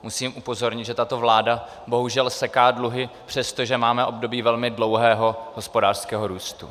Musím upozornit, že tato vláda bohužel seká dluhy, přestože máme období velmi dlouhého hospodářského růstu.